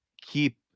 keep